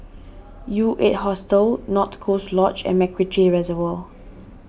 U eight Hostel North Coast Lodge and MacRitchie Reservoir